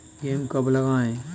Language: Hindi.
गेहूँ कब लगाएँ?